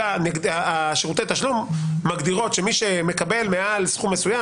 חברות שירותי תשלום מגדירות שמי שמקבל מעל סכום מסוים,